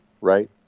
right